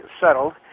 settled